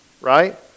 right